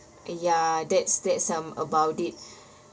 uh ya that's that's um about it